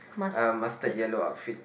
a mustard yellow outfit